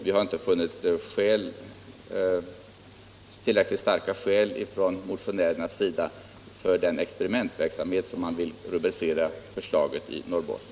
Vi har inte funnit att motionärerna redovisat tillräckligt starka skäl för den experimentverksamhet — det är ju så de vill rubricera det — som de föreslagit i Norrbotten.